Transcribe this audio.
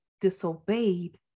disobeyed